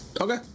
Okay